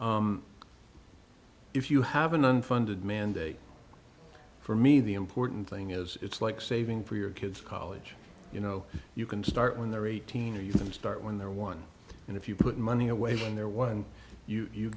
if you have an unfunded mandate for me the important thing is it's like saving for your kids college you know you can start when they're eighteen or you can start when they're one and if you put money away in there when you